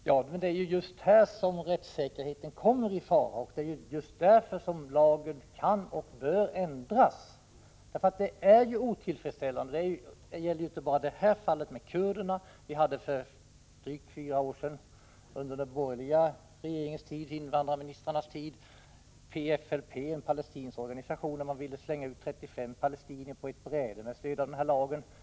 Herr talman! Det är ju just här som rättssäkerheten kommer i fara, och det är just därför lagen kan och bör ändras. Det är otillfredsställande som det fungerar i dag. Det gäller inte bara fallet med kurderna. För drygt fyra år sedan hade vi under de borgerliga invandrarministrarnas tid fallet med PFLP, en palestinsk organisation, då man ville slänga ut 35 palestinier på ett bräde med stöd av den här lagen.